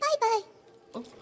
bye-bye